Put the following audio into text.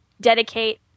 dedicate